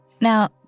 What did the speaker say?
Now